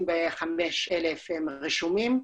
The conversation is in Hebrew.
25,000 רשומים.